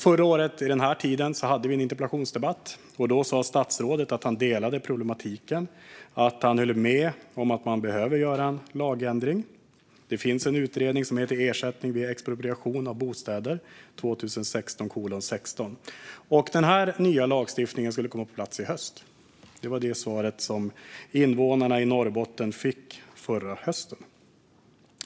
Förra året vid den här tiden hade vi en interpellationsdebatt. Då sa statsrådet att han delade bilden av problematiken och höll med om att man behöver göra en lagändring. Det finns en utredning som heter Ersättning vid expropriation av bostäder , Ds 2016:16. Den nya lagstiftningen skulle komma på plats i höst. Det var det svar som invånarna i Norrbotten fick förra hösten.